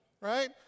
Right